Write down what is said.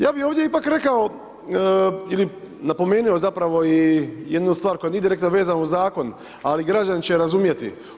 Ja bih ovdje ipak rekao ili napomenuo zapravo i jednu stvar koja nije direktno vezana uz zakon ali građani će razumjeti.